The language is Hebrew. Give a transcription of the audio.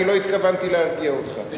כי לא התכוונתי להרגיע אותך.